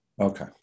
okay